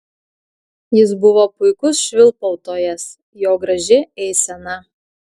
jis buvo puikus švilpautojas jo graži eisena